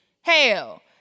Hell